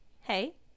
Hey